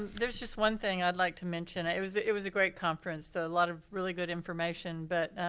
there's just one thing i'd like to mention. it was it was a great conference though, a lot of really good information but,